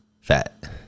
fat